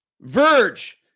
Verge